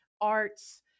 arts